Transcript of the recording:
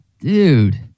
dude